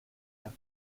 have